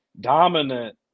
dominant